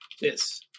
Yes